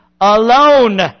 alone